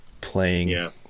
playing